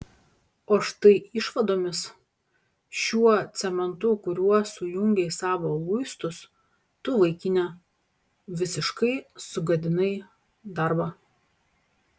o štai išvadomis šiuo cementu kuriuo sujungei savo luistus tu vaikine visiškai sugadinai darbą